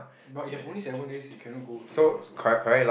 but you have only seven days you cannot go too far also what